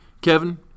Kevin